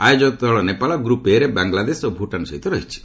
ଆୟୋଜକ ଦଳ Nepal group A ରେ ବାଂଲାଦେଶ ଓ ଭୁଟାନ ସହିତ ରହିଛି